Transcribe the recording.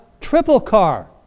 triple-car